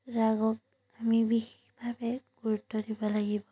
ৰাগত আমি বিশেষভাৱে গুৰুত্ব দিব লাগিব